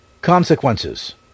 consequences